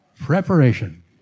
Preparation